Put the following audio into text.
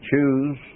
choose